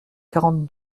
quarante